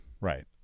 right